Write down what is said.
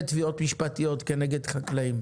כאלה.